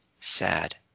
sad